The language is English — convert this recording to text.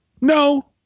No